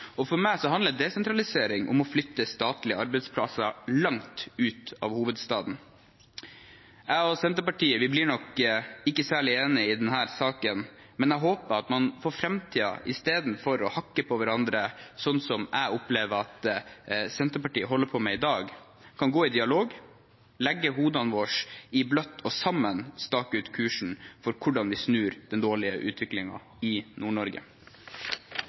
Og for meg handler desentralisering om å flytte statlige arbeidsplasser langt ut av hovedstaden. Senterpartiet og jeg blir nok ikke særlig enige i denne saken, men jeg håper at vi for framtiden istedenfor å hakke på hverandre, som jeg opplever at Senterpartiet holder på med i dag, kan gå i dialog, legge hodene våre i bløt og sammen stake ut kursen for hvordan vi snur den dårlige utviklingen i